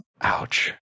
Ouch